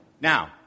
Now